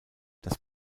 das